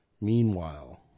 Meanwhile